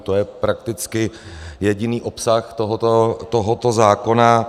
To je prakticky jediný obsah tohoto zákona.